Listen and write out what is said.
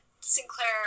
sinclair